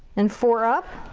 and four up.